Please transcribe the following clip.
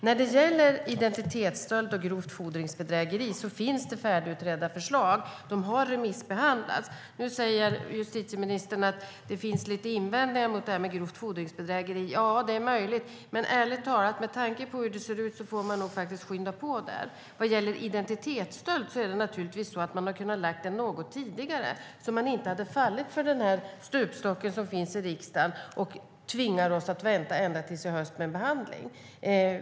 När det gäller identitetsstöld och grovt fordringsbedrägeri finns det färdigutredda förslag, och de har remissbehandlats. Nu säger justitieministern att det finns lite invändningar mot förslaget om grovt fordringsbedrägeri. Det är möjligt. Men med tanke på hur det ser ut får man nog ärligt talat skynda på där. Vad gäller identitetsstöld hade regeringen kunnat lägga fram ett förslag något tidigare så att man inte hade fallit för den stupstock som finns i riksdagen och tvingat oss att vänta ända tills i höst med en behandling.